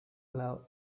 love